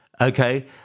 okay